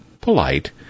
polite